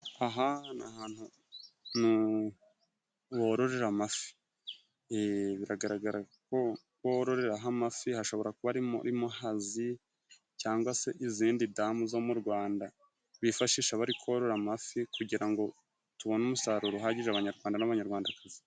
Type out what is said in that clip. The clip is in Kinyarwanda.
Aha ni ahantu bororera amafi, biragaragara ko bororeraho amafi. Hashobora kuba ari muri Muhazi cyangwa se izindi damu zo mu Rwanda bifashisha bari korora amafi kugira ngo tubone umusaruro uhagije abanyarwanda n'abanyarwandakazi.